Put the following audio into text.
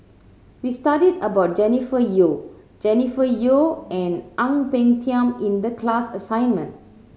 we studied about Jennifer Yeo Jennifer Yeo and Ang Peng Tiam in the class assignment